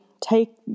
take